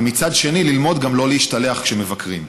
ומצד שני ללמוד גם לא להשתלח כשמבקרים.